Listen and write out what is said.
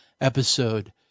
episode